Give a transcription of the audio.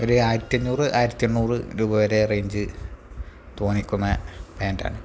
ഒരു ആയിരത്തഞ്ഞൂറ് ആയിരത്തണ്ണൂറ് രൂപ വരെ റേഞ്ച് തോന്നിക്കുന്ന പാൻറ്റാണ്